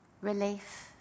Relief